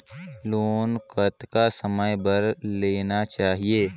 Loan कतेक समय बर लेना चाही?